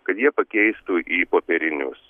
kad jie pakeistų į popierinius